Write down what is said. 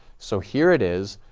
so, here it is,